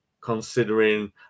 considering